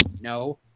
No